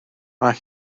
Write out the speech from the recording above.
mae